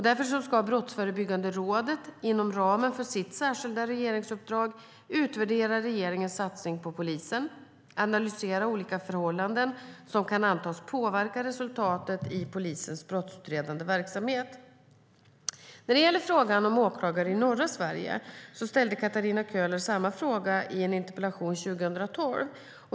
Därför ska Brottsförebyggande rådet inom ramen för sitt särskilda regeringsuppdrag utvärdera regeringens satsning på polisen och analysera olika förhållanden som kan antas påverka resultatet i polisens brottsutredande verksamhet. När det gäller frågan om åklagare i norra Sverige ställde Katarina Köhler samma fråga i en interpellation 2012.